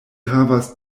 havas